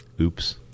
oops